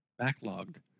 backlogged